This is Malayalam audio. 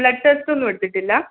ബ്ലഡ് ടെസ്റ്റ് ഒന്നും എടുത്തിട്ടില്ല